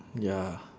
ya